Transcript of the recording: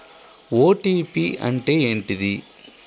OTP అంటే ఏంటిది?